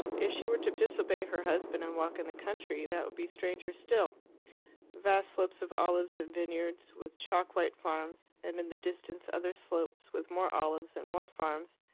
if she were to disobey her husband and walk in the country, that would be stranger still vast slopes of olives and vineyards, with chalk-white farms, and in the distance other slopes, with more olives and more farms,